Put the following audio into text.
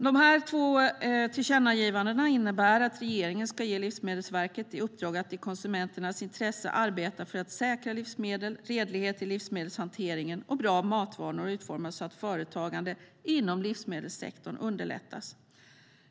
De här två tillkännagivandena innebär att regeringen ska ge Livsmedelsverket i uppdrag att i konsumenternas intresse arbeta för att säkra livsmedel, redlighet i livsmedelshanteringen och att bra matvanor utformas så att företagande inom livsmedelssektorn underlättas.